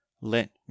let